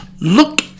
Look